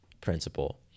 principle